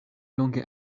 longe